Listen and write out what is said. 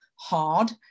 hard